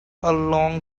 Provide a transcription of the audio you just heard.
along